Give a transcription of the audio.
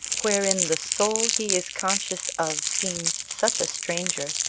wherein the soul he is conscious of seems such a stranger,